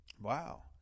wow